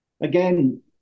again